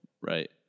right